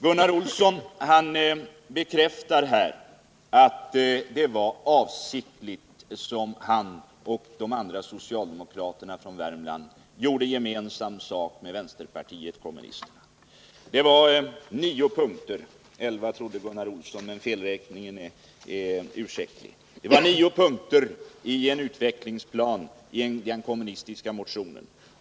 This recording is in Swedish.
Gunnar Olsson bekräftar här att det var avsiktligt som han och de andra socialdemokraterna från Värmland gjorde gemensam sak med vänsterpartiet kommunisterna. Det var nio punkter — Gunnar Olsson trodde det var elva, men felräkningen är ursäktlig — i utvecklingsplanen i den kommunistiska motionen.